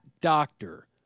doctor